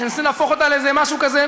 שמנסים להפוך אותה למשהו כזה,